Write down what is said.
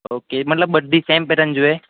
okay મતલબ બધી same pattern જોઈએ